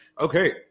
Okay